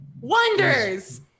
Wonders